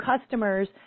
customers